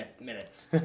minutes